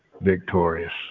victorious